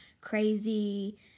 crazy